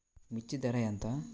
మిర్చి ధర ఎంత?